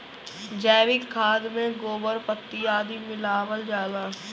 जैविक खाद में गोबर, पत्ती आदि मिलावल जाला